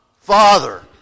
Father